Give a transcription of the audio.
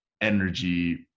energy